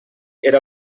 era